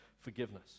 forgiveness